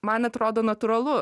man atrodo natūralu